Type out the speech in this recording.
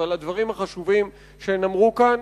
ועל הדברים החשובים שהן אמרו כאן.